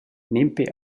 nempe